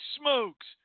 smokes